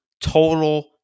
total